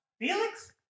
Felix